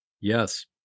Yes